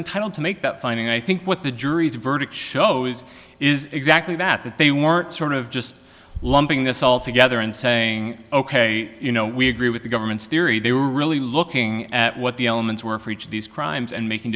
entitled to make that finding i think what the jury's verdict shows is exactly that that they were sort of just lumping this all together and saying ok you know we agree with the government's theory they were really looking at what the elements were for each of these crimes and making